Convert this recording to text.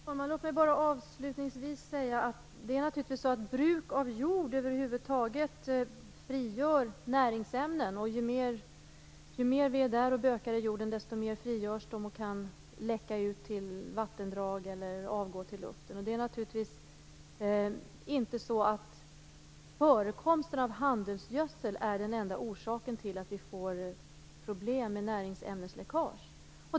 Fru talman! Låt mig bara avslutningsvis säga att det naturligtvis är så att bruk av jord över huvud taget frigör näringsämnen. Ju mer vi bökar i jorden, desto mer frigörs dessa ämnen och kan läcka till vattendrag eller avgå till luften. Förekomsten av handelsgödsel är inte den enda orsaken till problem med näringsämnesläckage.